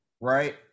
right